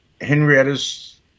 Henrietta's